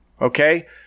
Okay